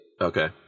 Okay